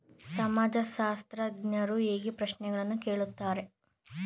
ಸಮಾಜಶಾಸ್ತ್ರಜ್ಞರು ಹೇಗೆ ಪ್ರಶ್ನೆಗಳನ್ನು ಕೇಳುತ್ತಾರೆ?